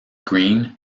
green